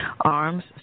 arms